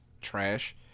Trash